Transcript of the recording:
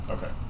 Okay